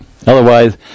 Otherwise